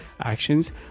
actions